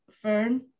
Fern